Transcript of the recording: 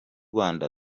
rwanda